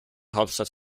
hauptstadt